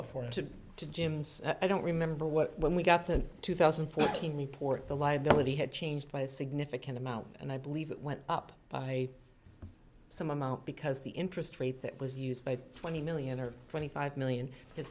up for to to jim's i don't remember what when we got the two thousand and fourteen report the liability had changed by a significant amount and i believe it went up by some amount because the interest rate that was used by twenty million or twenty five million